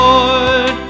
Lord